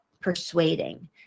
persuading